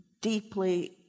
deeply